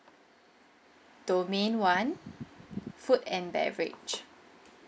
domain one food and beverage